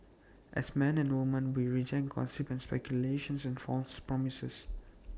as men and women we reject gossip and speculation and false promises